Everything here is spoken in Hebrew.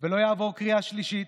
ולא יעבור קריאה שלישית,